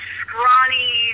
scrawny